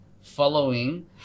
following